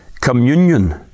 communion